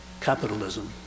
capitalism